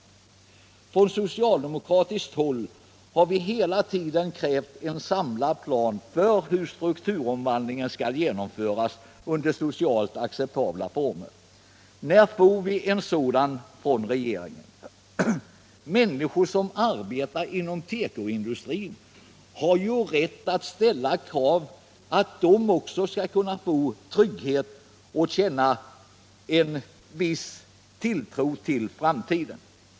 Från socialdemokratiskt håll har vi hela tiden krävt en samlad plan för hur strukturomvandlingen skall genomföras i socialt acceptabla former. När får vi en sådan från regeringen? Människor som arbetar inom tekoindustrin har ju rätt att kräva att de också får känna trygghet och hysa tro på framtiden.